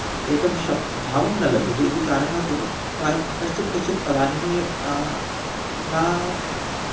एकं शप् भावः न लभ्यते इति कारणात् एव का कश्चित् कश्चित् पदानि न